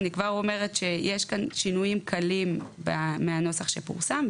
אני כבר אומרת שיש כאן שינויים קלים מהנוסח שפורסם,